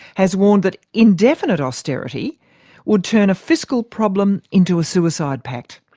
has warned that indefinite austerity would turn a fiscal problem into a suicide pact.